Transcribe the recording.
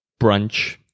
brunch